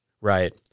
Right